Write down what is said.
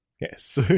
Yes